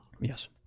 Yes